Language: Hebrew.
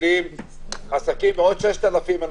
שמפעילים עסקים ועוד 6,000 אנשים,